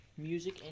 Music